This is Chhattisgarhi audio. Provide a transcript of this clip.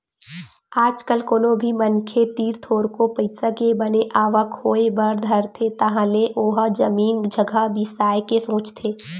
आज कल कोनो भी मनखे तीर थोरको पइसा के बने आवक होय बर धरथे तहाले ओहा जमीन जघा बिसाय के सोचथे